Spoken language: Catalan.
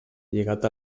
lligat